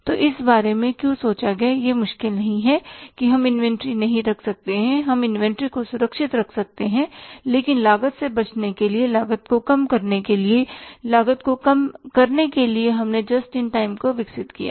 तो इस बारे में क्यों सोचा गया यह मुश्किल नहीं है कि हम इन्वेंट्री नहीं रख सकते हैं हम इन्वेंट्री को सुरक्षित रख सकते हैं लेकिन लागत से बचने के लिए लागत को कम करने के लिए लागत को कम करने के लिए हमने जस्ट इन टाइम को विकसित किया है